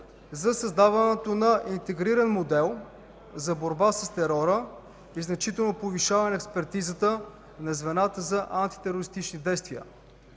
за създаването на интегриран модел за борба с терора и значително повишаване експертизата на звената за антитерористични действия.